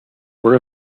were